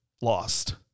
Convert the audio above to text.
lost